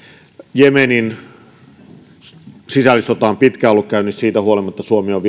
jemenin sisällissota on pitkään ollut käynnissä siitä huolimatta suomi on